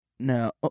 no